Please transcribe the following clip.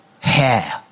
Hair